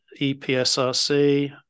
EPSRC